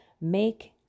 make